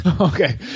okay